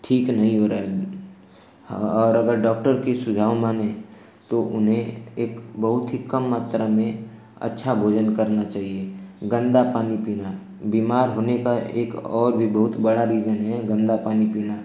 ठीक नहीं हो रहा है और अगर डॉक्टर का सुझाव मानें तो उन्हें एक बहुत ही कम मात्रा में अच्छा भोजन करना चाहिए गन्दा पानी पीना बीमार होने का एक और भी बहुत बड़ा रीज़न है गन्दा पानी पीना